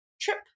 trip